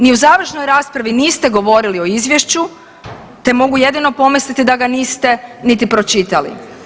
Ni u završnoj raspravi niste govorili o izvješću te mogu jedino pomisliti da ga niste niti pročitali.